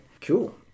Cool